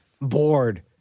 Bored